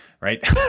right